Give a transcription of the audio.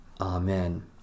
Amen